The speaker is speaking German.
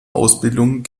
ausbildung